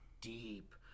deep